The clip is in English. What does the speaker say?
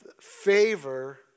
favor